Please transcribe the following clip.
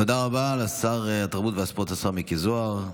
תודה רבה לשר התרבות והספורט, השר מיקי זוהר.